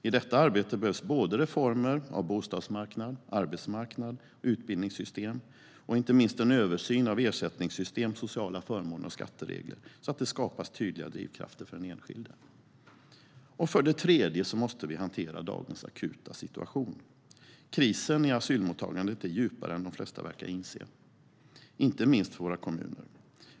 I detta arbete behövs reformer av bostadsmarknad, arbetsmarknad och utbildningssystem och inte minst en översyn av ersättningssystem, sociala förmåner och skatteregler så att det skapas tydliga drivkrafter för den enskilde. För det tredje måste vi hantera dagens akuta situation. Krisen i asylmottagandet är djupare än de flesta verkar inse, inte minst för våra kommuner.